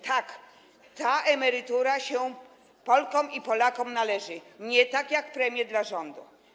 Tak, ta emerytura się Polkom i Polakom należy - nie tak, jak premie dla rządu.